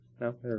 no